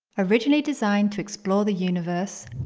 originally designed to explore the universe,